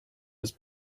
was